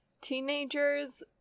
teenagers